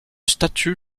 statue